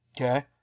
Okay